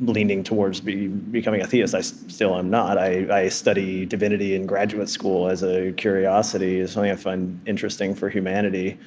leaning towards becoming a theist. i so still am not. i i study divinity in graduate school as a curiosity, as something i find interesting for humanity.